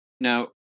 Now